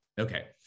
Okay